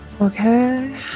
okay